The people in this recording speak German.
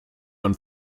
und